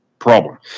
problem